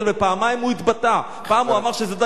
הוא התבטא פעמיים פעם הוא אמר שזה "תג מחיר",